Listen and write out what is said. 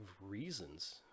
reasons